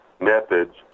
methods